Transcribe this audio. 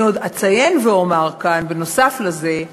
אני עוד אציין ואומר כאן, בנוסף לזה,